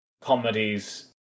comedies